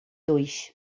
dois